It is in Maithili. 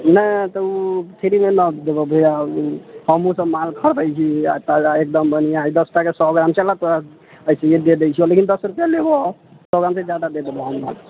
नहि तऽ ई फ्रीमे ना देबऽ भैआ ई हमहू तऽ माल खरीदैत छियै ताजा एकदम बढ़िआँ दस टकाके सए ग्राम केना तोरा अखनी दे दै छियह लेकिन दश रुपैआ लेबऽ तोरा सए ग्रामसे जादा दे देबऽ माल